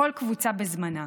כל קבוצה בזמנה.